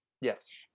yes